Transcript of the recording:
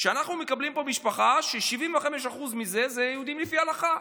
אנחנו מקבלים פה משפחה ש-75% ממנה זה יהודים לפי הלכה,